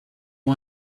you